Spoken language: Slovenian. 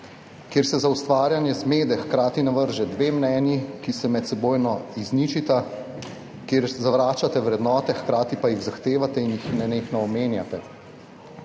kjer se za ustvarjanje zmede hkrati navrže dve mnenji, ki se medsebojno izničita, kjer zavračate vrednote, hkrati pa jih zahtevate in jih nenehno omenjate.